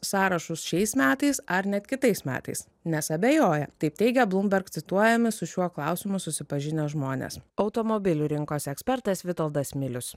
sąrašus šiais metais ar net kitais metais nes abejoja taip teigia bloomberg cituojami su šiuo klausimu susipažinę žmonės automobilių rinkos ekspertas vitoldas milius